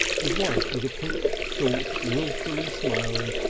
his wife was a pink, short, wilfully smiling,